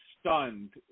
stunned